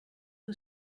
who